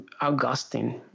Augustine